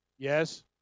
Yes